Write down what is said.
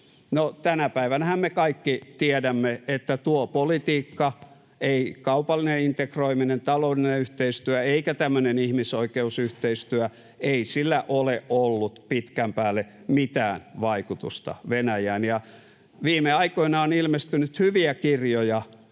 tänä päivänähän me kaikki tiedämme, että ei tuolla politiikalla — ei kaupallisella integroimisella, taloudellisella yhteistyöllä eikä tämmöisellä ihmisoikeusyhteistyöllä — ole ollut pitkän päälle mitään vaikutusta Venäjään. Viime aikoina on ilmestynyt hyviä kirjoja